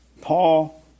Paul